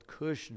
Kushner